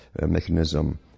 mechanism